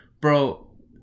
Bro